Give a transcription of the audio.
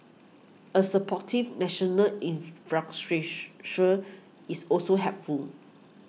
a supportive national infrastructure is also helpful